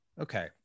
okay